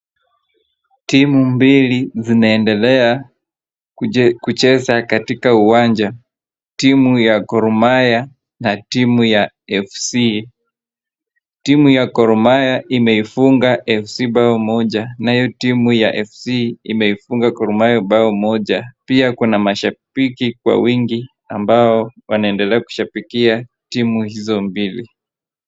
Timu mbili zinaendelea kucheza katika uwanja, timu ya Gor Mahia na timu ya FC. Timu ya Gor Mahia imeifunga FC mbao moja, nayo timu ya FC imeifunga Gor Mahia mbao moja, pia kuna mashapiki kwa wingi ambao wanaendelea kushapikia timu hizo mbili.